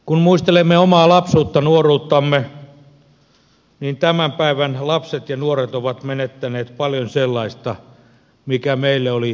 kun muistelemme omaa lapsuuttamme nuoruuttamme niin tämän päivän lapset ja nuoret ovat menettäneet paljon sellaista mikä meille oli itsestään selvää